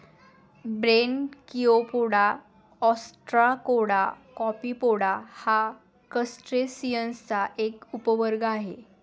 Branchiopoda, Ostracoda, Copepoda हा क्रस्टेसिअन्सचा एक उपवर्ग आहे